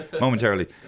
momentarily